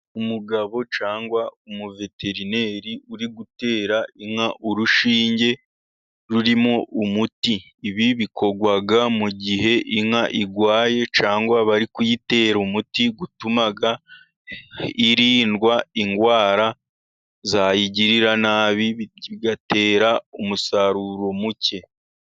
Umugabo cyangwa umuveterineri uri gutera inka urushinge rurimo umuti, ibi bikorwa mu gihe inka irwaye, cyangwa bari kuyitera umuti utuma irindwa indwara zayigirira nabi bigatera umusaruro muke.